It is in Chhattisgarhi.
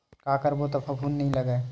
का करबो त फफूंद नहीं लगय?